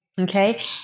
Okay